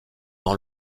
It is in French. dans